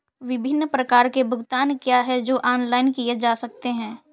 विभिन्न प्रकार के भुगतान क्या हैं जो ऑनलाइन किए जा सकते हैं?